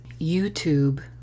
youtube